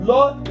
Lord